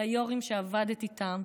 ליו"רים שעבדת איתם,